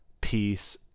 peace